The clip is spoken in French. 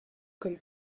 comme